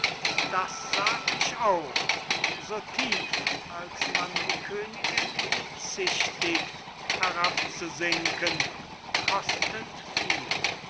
das sag ich auch so tief als man die königin bezüchtigt herabzusinken kostet viel